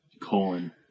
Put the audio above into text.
colon